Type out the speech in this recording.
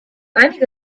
einige